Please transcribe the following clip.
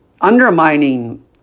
undermining